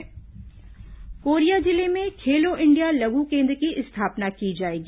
खेलो India लघु केन्द्र कोरिया जिले में खेलो इंडिया लघु केन्द्र की स्थापना की जाएगी